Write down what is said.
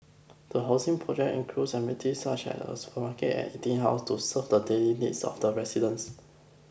the housing project includes such as a supermarket and eating house to serve the daily needs of the residents